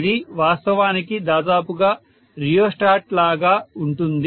ఇది వాస్తవానికి దాదాపుగా రియోస్టాట్ లాగా ఉంటుంది